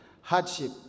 hardship